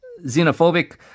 xenophobic